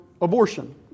abortion